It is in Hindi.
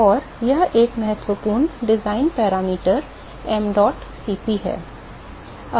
और यह एक महत्वपूर्ण डिजाइन पैरामीटर mdot Cp है